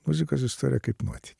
muzikos istoriją kaip nuotykį